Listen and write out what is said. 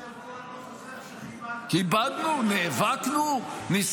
כשישבתם פה אני לא זוכר שכיבדתם את הבחירה.